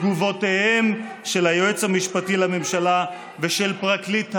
בתגובותיהם של היועץ המשפטי לממשלה ושל פרקליט המדינה.